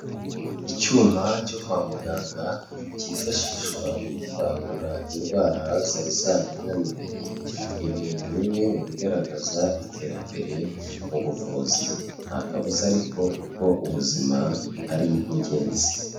Icyuma cyo kwa muganga cyifashishwa mu gutahura indwara zari zarananiranye, ibi ni bimwe mu bigaragaza iterambere mu buvuzi nta kabuza ariko kuko ubuzima ari ingenzi.